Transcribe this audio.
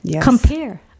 compare